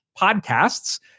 podcasts